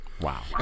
Wow